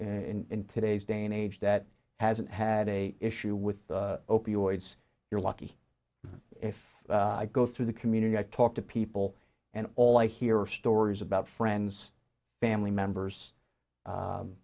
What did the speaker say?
in today's day and age that hasn't had a issue with opioids you're lucky if i go through the community i talk to people and all i hear stories about friends family members